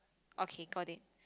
okay got it